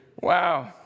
Wow